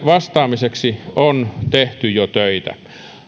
vastaamiseksi on tehty jo töitä